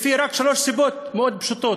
ורק משלוש סיבות מאוד פשוטות,